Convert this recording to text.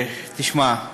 תשמע,